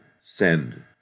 send